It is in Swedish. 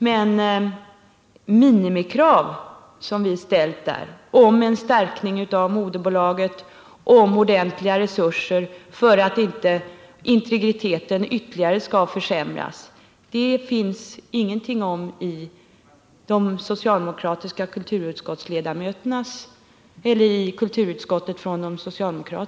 Men de minimikrav som vi har ställt om en förstärkning av moderbolaget och om ordentliga resurser, så att integriteten inte försämras ytterligare, har inte ställts av de socialdemokratiska ledamöterna av kulturutskottet.